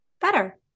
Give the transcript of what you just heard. better